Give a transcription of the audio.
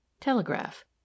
telegraph